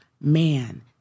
man